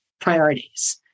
priorities